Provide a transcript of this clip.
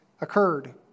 occurred